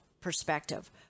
perspective